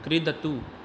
क्रीडतु